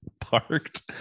parked